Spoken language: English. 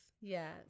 Yes